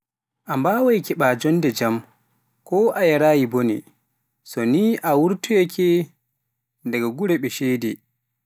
a mbawai keba joonde jamm ko a yaaraayi mbone, so e a wurtaayaake daga gure be ceede.